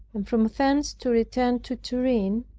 and from thence to return to turin.